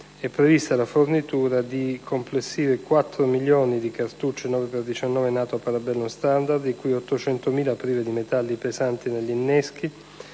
è prevista la fornitura di complessivi 4.000.000 di cartucce 9x19 «NATO Parabellum Standard», di cui 800.000 prive di metalli pesanti negli inneschi